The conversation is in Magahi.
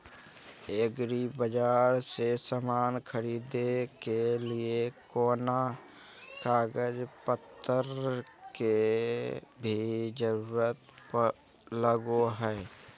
एग्रीबाजार से समान खरीदे के लिए कोनो कागज पतर के भी जरूरत लगो है?